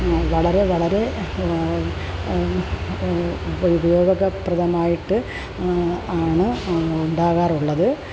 വളരെ വളരെ ഉപയോഗപ്രദമായിട്ട് ആണ് ഉണ്ടാകാറുള്ളത്